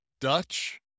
Dutch